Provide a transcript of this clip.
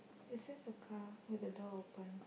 it says a car with the door open